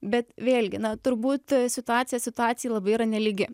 bet vėlgi na turbūt situacija situacijai labai yra nelygi